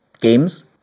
games